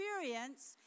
experience